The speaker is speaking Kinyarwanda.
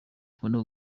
akunda